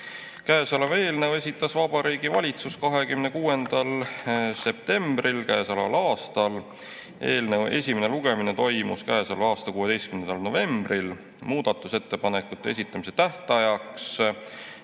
Käesoleva eelnõu esitas Vabariigi Valitsus 26. septembril käesoleval aastal. Eelnõu esimene lugemine toimus käesoleva aasta 16. novembril. Muudatusettepanekute esitamise tähtajaks,